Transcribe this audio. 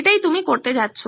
এটাই তুমি করতে যাচ্ছ